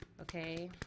okay